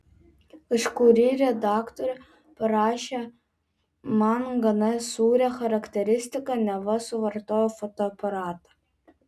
kažkuri redaktorė parašė man gana sūrią charakteristiką neva suvartojau fotoaparatą